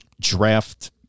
draft